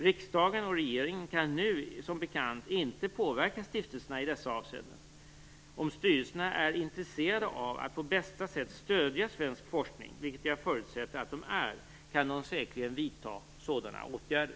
Riksdagen och regeringen kan nu, som bekant, inte påverka stiftelserna i dessa avseenden. Om styrelserna är intresserade av att på bästa sätt stödja svensk forskning, vilket jag förutsätter att de är, kan de säkerligen vidta sådana åtgärder.